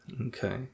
Okay